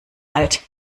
alt